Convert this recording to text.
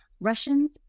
Russians